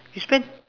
you spend